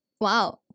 Wow